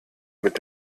mit